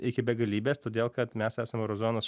iki begalybės todėl kad mes esam euro zonos